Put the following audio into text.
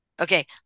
Okay